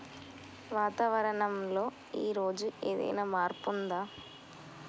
వాతావరణం లో ఈ రోజు ఏదైనా మార్పు ఉందా?